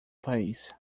país